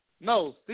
No